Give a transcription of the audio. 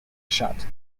shot